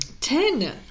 Ten